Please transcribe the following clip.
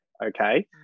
Okay